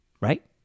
right